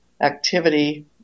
activity